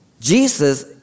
Jesus